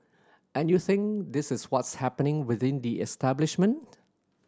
and you think this is what's happening within the establishment